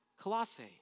Colossae